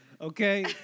okay